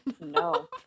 no